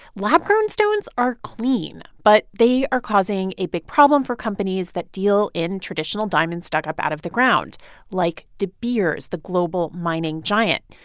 lab-grown stones are clean, but they are causing a big problem for companies that deal in traditional diamonds dug up out of the ground like de beers, the global mining giant.